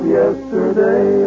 yesterday